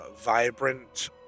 vibrant